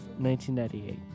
1998